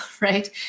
right